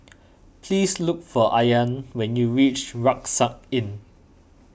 please look for Ayaan when you reach Rucksack Inn